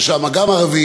שבה יש גם ערבים,